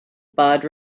bad